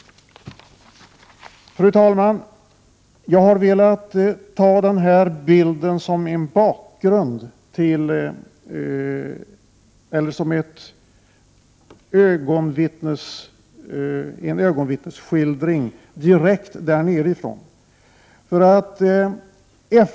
Fru talman! Jag har velat lämna den här bilden som en bakgrund, en ögonvittnesskildring direkt där nerifrån.